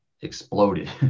exploded